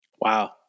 Wow